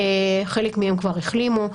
חלק מהם כבר החלימו.